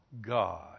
God